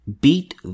beat